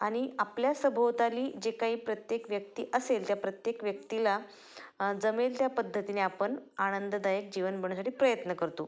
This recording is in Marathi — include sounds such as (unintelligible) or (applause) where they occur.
आणि आपल्या सभोवताली जे काही प्रत्येक व्यक्ती असेल त्या प्रत्येक व्यक्तीला जमेल त्या पद्धतीने आपण आनंददायक जीवन (unintelligible) प्रयत्न करतो